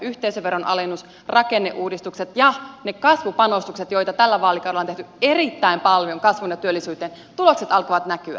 yhteisöveron alennus rakenneuudistukset ja ne kasvupanostukset joita tällä vaalikaudella on tehty erittäin paljon kasvuun ja työllisyyteen tulokset alkavat näkyä